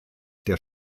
der